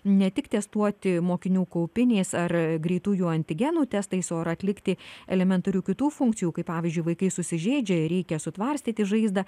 ne tik testuoti mokinių kaupiniais ar greitųjų antigenų testais o ar atlikti elementarių kitų funkcijų kai pavyzdžiui vaikai susižeidžia ir reikia sutvarstyti žaizdą